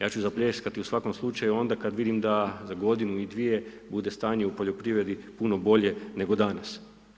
Ja ću zapljeskati u svakom slučaju onda kada vidim da za godinu i dvije bude stanje u poljoprivredi puno bolje nego danas.